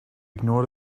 ignore